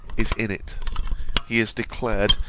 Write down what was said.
is in it he has declared,